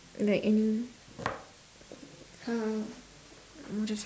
like any !huh! just